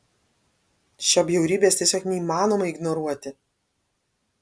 šio bjaurybės tiesiog neįmanoma ignoruoti